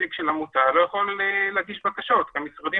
נציג של עמותה לא יכול להגיש בקשות כי המשרדים